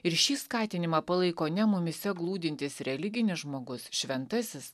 ir šį skatinimą palaiko ne mumyse glūdintis religinis žmogus šventasis